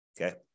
okay